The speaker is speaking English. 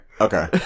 Okay